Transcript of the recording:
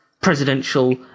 presidential